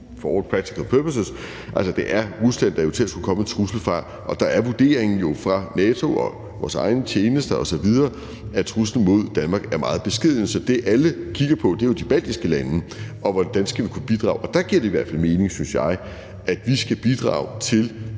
for all practical purposes – det er Rusland, der eventuelt skulle komme en trussel fra – er vurderingen fra NATO og fra vores egne tjenester osv., at truslen mod Danmark er meget beskeden. Så det, alle kigger på, er jo de baltiske lande, og hvordan vi skal kunne bidrage. Og der giver det i hvert fald mening, synes jeg, at vi skal bidrage til